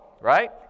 right